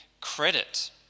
credit